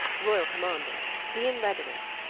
royall commanders, be in readinesse,